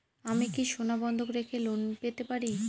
আমি কি সোনা বন্ধক রেখে লোন পেতে পারি?